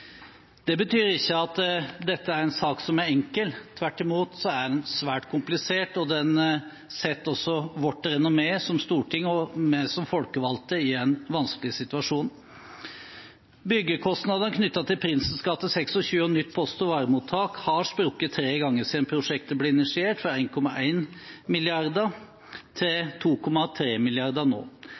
Det betyr ikke at dette er en sak som er enkel. Tvert imot er den svært komplisert, og den setter vårt renommé som storting og folkevalgte i en vanskelig situasjon. Byggekostnadene knyttet til Prinsens gate 26 og nytt post- og varemottak har sprukket tre ganger siden prosjektet ble initiert – fra 1,1 mrd. kr til 2,3 mrd. kr nå.